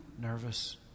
nervous